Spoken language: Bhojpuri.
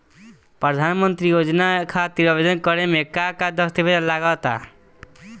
प्रधानमंत्री योजना खातिर आवेदन करे मे का का दस्तावेजऽ लगा ता?